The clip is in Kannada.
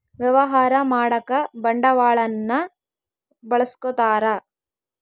ವ್ಯವಹಾರ ಮಾಡಕ ಬಂಡವಾಳನ್ನ ಬಳಸ್ಕೊತಾರ